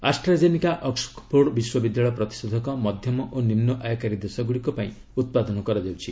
Astra ଜେନିକା Oxford ବିଶ୍ୱବିଦ୍ୟାଳୟ ପ୍ରତିଷେଧକ ମଧ୍ୟମ ଓ ନିମ୍ନ ଆୟକାରୀ ଦେଶଗୁଡ଼ିକ ପାଇଁ ଉତ୍ପାଦନ କରାଯାଉଛି